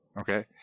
Okay